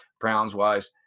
Browns-wise